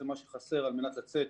ומה שחסר על מנת לצאת